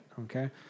okay